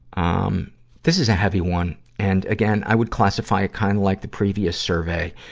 um this is a heavy one. and, again, i would classify it kind of like the previous survey,